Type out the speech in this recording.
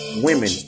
women